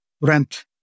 rent